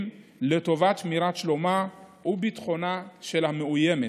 לטובת שמירת שלומה וביטחונה של המאוימת.